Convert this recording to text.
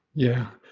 yeah.